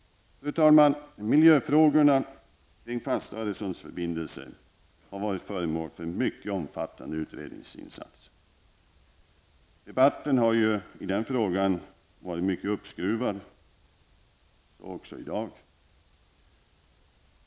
Fru talman! Miljöfrågorna kring fasta Öresundsförbindelser har varit föremål för mycket omfattande utredningsinsatser. Debatten har i den frågan varit mycket uppskruvad, så också i dag.